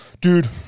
dude